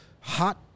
hot